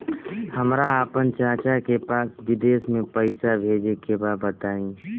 हमरा आपन चाचा के पास विदेश में पइसा भेजे के बा बताई